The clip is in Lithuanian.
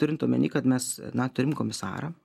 turint omeny kad mes na turim komisarą